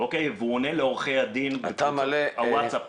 ועונה לעורכי הדין בוואטס אפ,